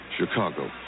Chicago